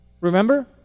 Remember